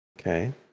Okay